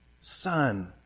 son